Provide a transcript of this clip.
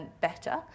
better